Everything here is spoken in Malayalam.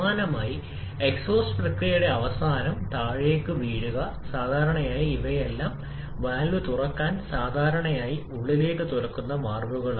സമാനമായി എക്സോസ്റ്റ് പ്രക്രിയയുടെ അവസാനം താഴേക്ക് വീഴുക സാധാരണയായി ഇവയെല്ലാം വാൽവ് തുറക്കാൻ സാധാരണയായി ഉള്ളിലേക്ക് തുറക്കുന്ന വാൽവുകൾ